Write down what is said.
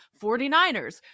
49ers